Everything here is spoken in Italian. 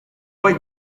poi